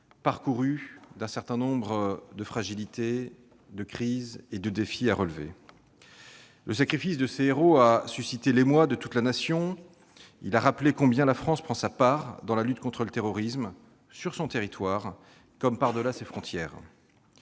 parcouru d'un certain nombre de fragilités, traversé de crises et ayant bien des défis à relever. Le sacrifice de ces héros a suscité l'émoi de toute la Nation. Il a rappelé combien la France prend sa part dans la lutte contre le terrorisme, sur son territoire comme par-delà ses frontières.